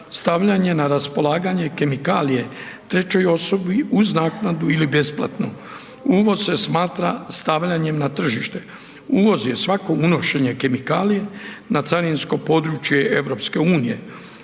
stavljanje na raspolaganje kemikalije trećoj osobi uz naknadu ili besplatno. Uvoz se smatra stavljanjem na tržište. Uvoz je svako unošenje kemikalije na carinsko područje